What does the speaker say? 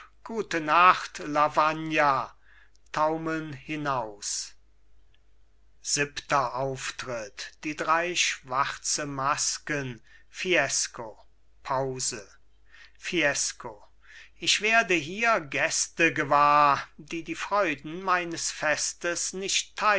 gute nacht lavagna taumeln hinaus siebenter auftritt die drei schwarze masken fiesco pause fiesco ich werde hier gäste gewahr die die freuden meines festes nicht